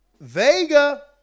Vega